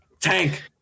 tank